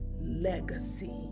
legacy